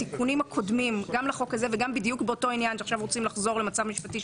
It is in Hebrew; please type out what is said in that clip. האם זה אפשרי?